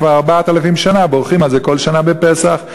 וכבר 4,000 שנה בוכים על זה כל שנה בפסח.